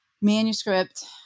manuscript